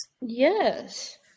Yes